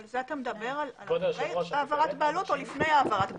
אתה מדבר על אחרי העברת בעלות או לפני העברת בעלות?